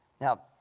Now